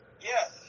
Yes